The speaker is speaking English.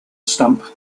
stamp